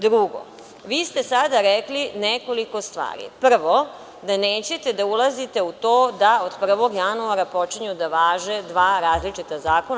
Drugo, vi ste sada rekli nekoliko stvari, prvo, da nećete da ulazite u to da od 1. januara počinju da važe dva različita zakona.